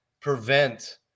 prevent